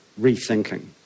rethinking